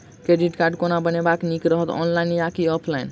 Credit card कोना बनेनाय नीक रहत? ऑनलाइन आ की ऑफलाइन?